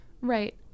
Right